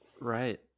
Right